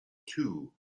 two